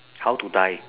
how to die